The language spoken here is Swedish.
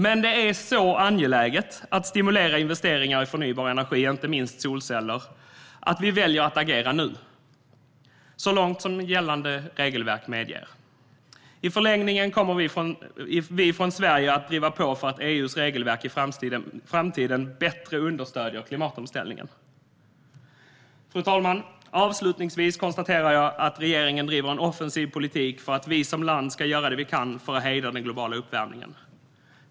Det är dock så angeläget att stimulera investeringar i förnybar energi, inte minst solceller, att vi väljer att agera nu så långt som gällande regelverk medger. I förlängningen kommer vi från Sverige att driva på för att EU:s regelverk i framtiden bättre understöder klimatomställningen. Fru talman! Avslutningsvis konstaterar jag att regeringen driver en offensiv politik för att vi som land ska göra det vi kan för att hejda den globala uppvärmningen.